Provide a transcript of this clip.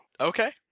Okay